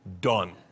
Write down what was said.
Done